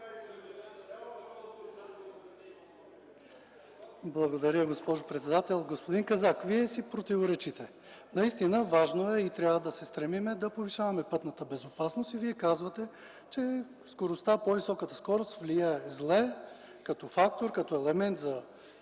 Благодаря, госпожо председател. Господин Казак, Вие си противоречите. Важно е и трябва да се стремим да повишаваме пътната безопасност. Вие казвате, че по високата скорост влияе зле като фактор, като елемент за